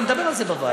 אבל נדבר על זה בוועדה.